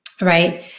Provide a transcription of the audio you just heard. Right